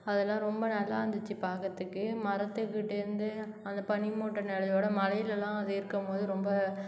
அதெலாம் ரொம்ப நல்லாயிருந்துச்சி பார்க்கறதுக்கே மரத்துகிட்டேந்து அந்த பனி மூட்டம் நிலையோட மலையெலலாம் அது இருக்கும் போது ரொம்ப